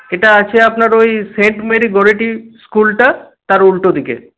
এটা আছে আপনার ওই সেন্ট মেরি গোড়েটি স্কুলটা তার উল্টোদিকে